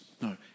No